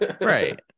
Right